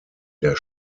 der